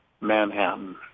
Manhattan